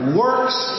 works